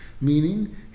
Meaning